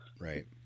Right